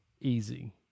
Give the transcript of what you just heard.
easy